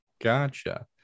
Gotcha